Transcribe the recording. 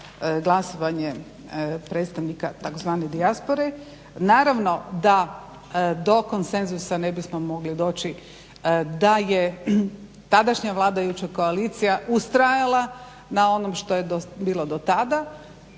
glasvoanje predstavnika tzv. dijaspore. Naravno da konsenzusa ne bismo mogli doći da je tadašnja vladajuća koalicija ustrajala na onom što je bilo do tada.